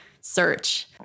search